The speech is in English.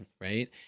right